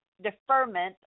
deferment